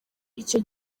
icyo